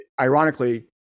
ironically